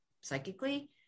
psychically